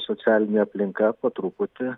socialinė aplinka po truputį